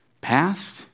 Past